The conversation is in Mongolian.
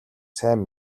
сайн